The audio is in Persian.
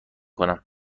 کنم